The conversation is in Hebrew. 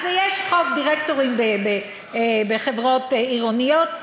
אז יש חובות דירקטורים בחברות עירוניות,